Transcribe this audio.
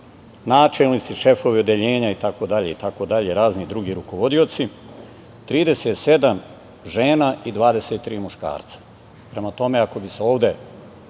načelnici, šefovi odeljenja, razni drugi rukovodioci - 37 žena i 23 muškarca. Prema tome, ako bi se ovde